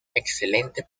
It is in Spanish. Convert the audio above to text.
excelente